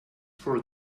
for